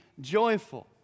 joyful